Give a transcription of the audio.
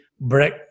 break